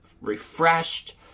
refreshed